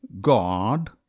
God